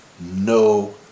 no